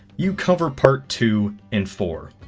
you cover part two and four.